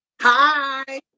Hi